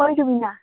ओए रुबिना